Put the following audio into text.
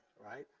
right?